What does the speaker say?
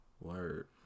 Word